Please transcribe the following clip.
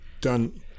done